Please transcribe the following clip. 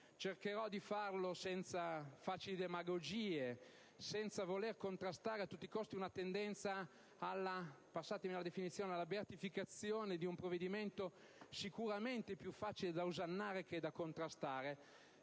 Cercherò di farlo senza facili demagogie, senza voler contrastare a tutti i costi una tendenza - passatemi il termine - alla beatificazione di un provvedimento sicuramente più facile da osannare che da contrastare